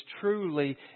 truly